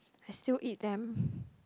I still eat them